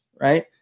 right